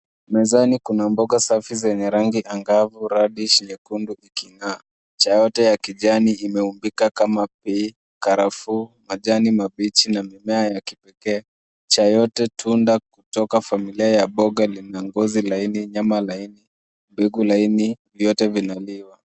Mezani kuna mboga safi zenye rangi angavu raddish nyekundu iking'aa. Ncha yote ya kijani imeumbika kama pei, karafuu, majani mabichi na mimea ya kipekee. Ncha yote tunda kutoka familia ya boga lina ngozi laini, nyama laini, mbegu laini, vyote vinaliwa.